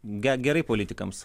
ge gerai politikams